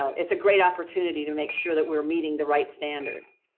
it's a great opportunity to make sure that we're meeting the right standards.